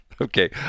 Okay